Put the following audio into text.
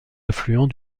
affluent